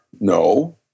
No